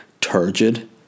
Turgid